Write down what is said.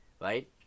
right